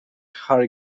harry